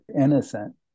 innocent